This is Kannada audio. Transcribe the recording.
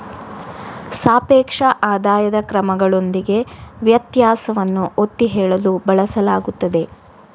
ಸಾಪೇಕ್ಷ ಆದಾಯದ ಕ್ರಮಗಳೊಂದಿಗೆ ವ್ಯತ್ಯಾಸವನ್ನು ಒತ್ತಿ ಹೇಳಲು ಬಳಸಲಾಗುತ್ತದೆ